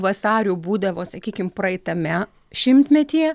vasarių būdavo sakykim praeitame šimtmetyje